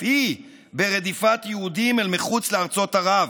היא ברדיפת יהודים אל מחוץ לארצות ערב.